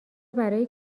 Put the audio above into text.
برای